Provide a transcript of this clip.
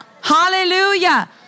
hallelujah